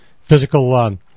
physical